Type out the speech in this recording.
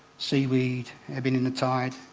seaweed, ebbing in the tide.